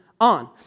on